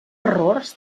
errors